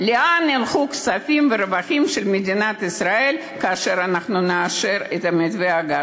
לאן ילכו כספים ורווחים של מדינת ישראל כאשר אנחנו נאשר את מתווה הגז.